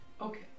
Okay